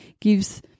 gives